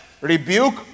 rebuke